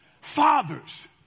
fathers